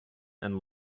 and